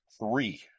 three